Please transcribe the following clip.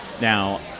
Now